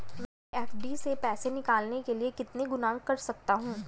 मैं अपनी एफ.डी से पैसे निकालने के लिए कितने गुणक कर सकता हूँ?